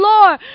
Lord